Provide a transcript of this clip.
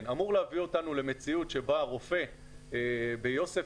להביא אותנו למציאות בה רופא ביוספטל